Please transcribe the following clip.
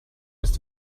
ist